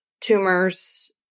tumors